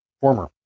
former